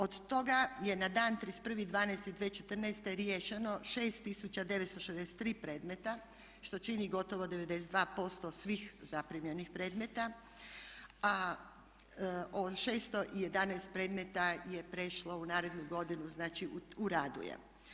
Od toga je na dan 31.12.2014. riješeno 6963 predmeta što čini gotovo 92% svih zaprimljenih predmeta, a ovih 611 predmeta je prešlo u narednu godinu znači u radu je.